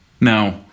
now